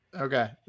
Okay